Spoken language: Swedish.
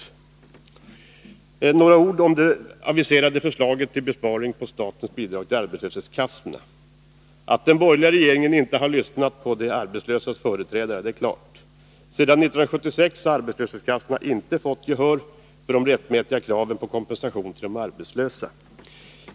Låt mig säga några ord om det aviserade förslaget till besparing på statens bidrag till arbetslöshetskassorna. Att den borgerliga regeringen inte har lyssnat på de arbetslösas företrädare är klart. Sedan 1976 har arbetslöshetskassorna inte fått gehör för de rättmätiga kraven på kompensation till de arbetslösa.